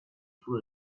full